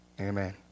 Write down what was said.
amen